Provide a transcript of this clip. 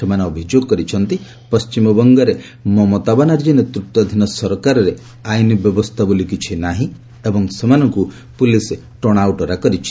ସେମାନେ ଅଭିଯୋଗ କରିଛନ୍ତି ପଶ୍ଚିମବଙ୍ଗରେ ମମତା ବାନାର୍ଚ୍ଚୀ ନେତୃତ୍ୱାଧୀନ ସରକାରରେ ଆଇନ ବ୍ୟବସ୍ଥା କିଛି ନାହିଁ ଏବଂ ଏମାନଙ୍କୁ ପୁଲିସ୍ ଟଣାଓଟରା କରିଛି